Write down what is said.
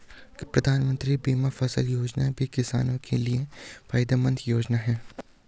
प्रधानमंत्री बीमा फसल योजना भी किसानो के लिये फायदेमंद योजना है